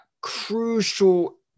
crucial